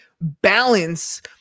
balance